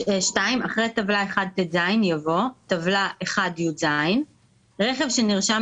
" אחרי טבלה 1טז יבוא: "טבלה 1יז רכב שנרשם